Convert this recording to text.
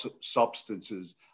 substances